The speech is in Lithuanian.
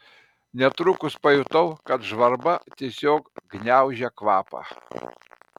netrukus pajutau kad žvarba tiesiog gniaužia kvapą